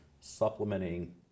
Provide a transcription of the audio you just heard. supplementing